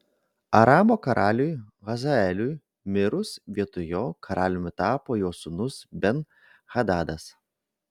aramo karaliui hazaeliui mirus vietoj jo karaliumi tapo jo sūnus ben hadadas